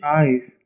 eyes